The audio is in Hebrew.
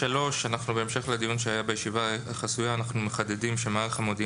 בהמשך לדיון שהיה בישיבה החסויה אנחנו מחדדים שמערך המודיעין